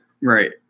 Right